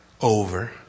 Over